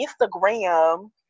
Instagram